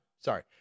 sorry